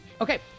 okay